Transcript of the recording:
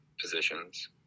positions